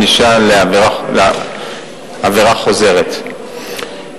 ענישה על עבירה חוזרת).